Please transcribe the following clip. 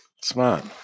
Smart